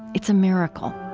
it's a miracle.